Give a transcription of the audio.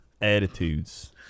attitudes